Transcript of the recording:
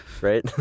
Right